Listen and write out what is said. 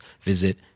visit